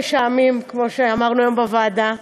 שמש העמים, כמו שאמרנו היום בוועדה.